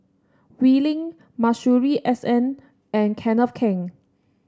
Wee Lin Masuri S N and Kenneth Keng